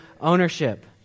ownership